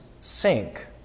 sink